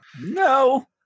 No